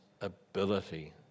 ability